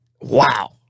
wow